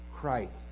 Christ